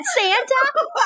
Santa